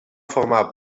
formar